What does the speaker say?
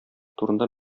турында